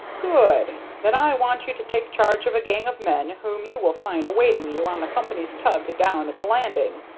good! then i want you to take charge of a gang of men whom you will find awaiting you on the company's tug down at the landing.